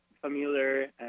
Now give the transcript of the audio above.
familiar